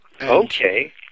Okay